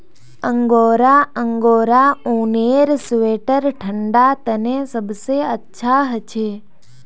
angora angora ऊनेर sweater ठंडा तने सबसे अच्छा हछे